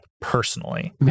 personally